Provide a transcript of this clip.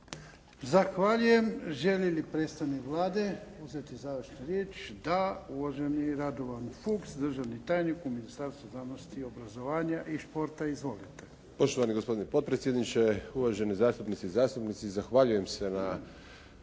Zahvaljujem. Želi li predstavnik Vlade uzeti završnu riječ? Da. Uvaženi Radovan Fuks, državni tajnik u Ministarstvu znanosti, obrazovanja i športa. Izvolite. **Fuchs, Radovan** Poštovani gospodine potpredsjedniče, uvaženi zastupnice i zastupnici zahvaljujem se na